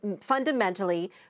fundamentally